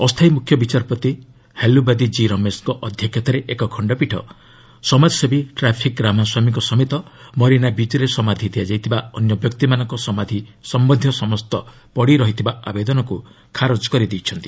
ଅସ୍ଥାୟୀ ମୁଖ୍ୟ ବିଚାରପତି ହୁଲୁବାଦି ଜି ରମେଶଙ୍କ ଅଧ୍ୟକ୍ଷତାରେ ଏକ ଖଣ୍ଡପୀଠ ସମାଜାସେବୀ ଟ୍ରାଫିକ୍ ରାମାସ୍ୱାମୀଙ୍କ ସମେତ ମରିନା ବିଚ୍ରେ ସମାଧି ଦିଆଯାଇଥିବା ଅନ୍ୟ ବ୍ୟକ୍ତିମାନଙ୍କ ସମାଧି ସମ୍ପନ୍ଧୀୟ ସମସ୍ତ ପଡ଼ିରହିଥିବା ଆବେଦନକୁ ଖାରଜ କରିଦେଇଛନ୍ତି